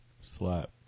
Slap